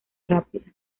rápida